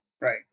Right